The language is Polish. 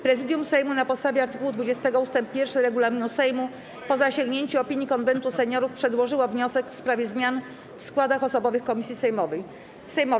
Prezydium Sejmu na podstawie art. 20 ust. 1 regulaminu Sejmu, po zasięgnięciu opinii Konwentu Seniorów, przedłożyło wniosek w sprawie zmian w składach osobowych komisji sejmowych.